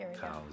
cows